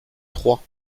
trois